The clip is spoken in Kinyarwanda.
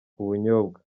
ubunyobwa